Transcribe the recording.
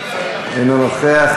אינו נוכח.